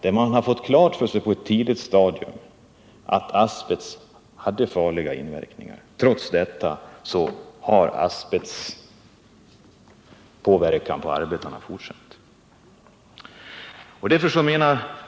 Av denna framgår att man på ett tidigt stadium hade fått klart för sig att asbest har farlig inverkan. Trots detta har asbestens påverkan på arbetarna fortsatt.